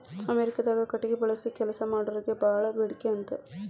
ಅಮೇರಿಕಾದಾಗ ಕಟಗಿ ಬಳಸಿ ಕೆಲಸಾ ಮಾಡಾರಿಗೆ ಬಾಳ ಬೇಡಿಕೆ ಅಂತ